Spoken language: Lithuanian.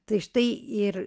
tai štai ir